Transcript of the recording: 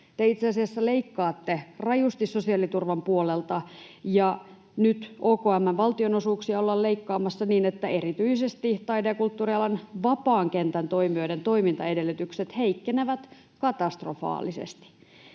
Te itse asiassa leikkaatte rajusti sosiaaliturvan puolelta, ja nyt OKM:n valtionosuuksia ollaan leikkaamassa niin, että erityisesti taide- ja kulttuurialan vapaan kentän toimijoiden toimintaedellytykset heikkenevät katastrofaalisesti.